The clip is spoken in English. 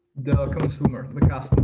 the consumer, the customer.